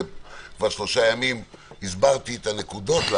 אני אומר לך שהנושא הזה של כניסה לתוקף של צו מינהלי זה פשוט לא